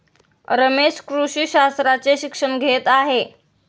रमेश कृषी शास्त्राचे शिक्षण घेत आहे